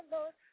Lord